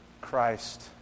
Christ